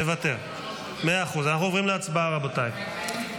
אנחנו עוברים להצבעה, רבותיי.